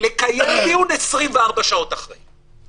לקיים דיון 24 שעות אחרי.